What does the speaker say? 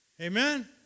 Amen